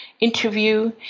interview